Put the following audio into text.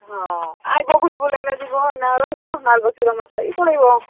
ହଁ ଆଇବ ବୁଲିବୁଲା କିନା ଯିବ ଏଇନା ରହିବ ମାର୍ଗଶିର ମାସଟା କିି ପଳେଇବ